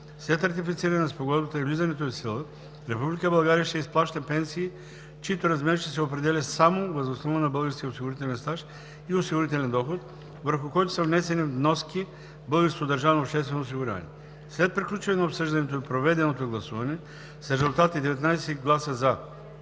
След ратифициране на Спогодбата и влизането ѝ в сила, Република България ще изплаща пенсии, чиито размер ще се определя само въз основа на българския осигурителен стаж и осигурителен доход, върху който са внесени вноски в българското държавно обществено осигуряване. След приключване на обсъждането и проведеното гласуване с резултати: 19 гласа